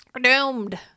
Doomed